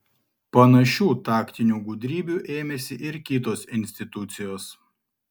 panašių taktinių gudrybių ėmėsi ir kitos institucijos